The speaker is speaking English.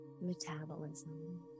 metabolism